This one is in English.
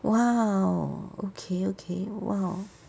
!wow! okay okay !wow!